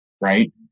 right